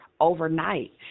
overnight